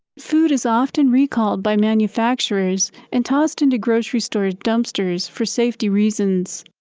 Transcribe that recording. food is often recalled by manufacturers and tossed into grocery store dumpsters for safety reasons.